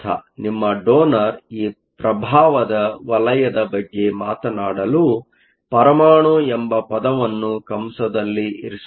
ನಿಮ್ಮ ಡೋನರ್Donorಈ ಪ್ರಭಾವದ ವಲಯದ ಬಗ್ಗೆ ಮಾತನಾಡಲು ಪರಮಾಣು ಎಂಬ ಪದವನ್ನು ಕಂಸದಲ್ಲಿ ಇರಿಸುತ್ತೇನೆ